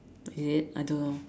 is it I don't know